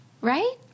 Right